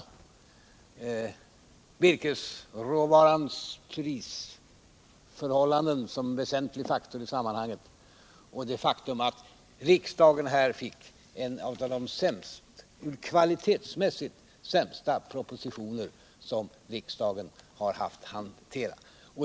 Där nämndes virkesråvarornas prisförhållanden som en väsentlig faktor i sammanhanget — och det faktum att riksdagen fick en av de kvalitetsmässigt sämsta propositioner som riksdagen haft att hantera.